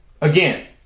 Again